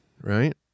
right